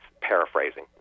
paraphrasing